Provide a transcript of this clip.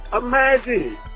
Imagine